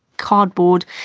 cardboard,